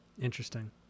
interesting